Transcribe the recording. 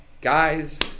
Guys